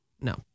no